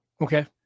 Okay